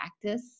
practice